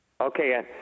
Okay